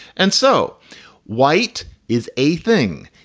and so white is a thing.